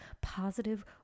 positive